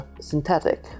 Synthetic